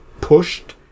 pushed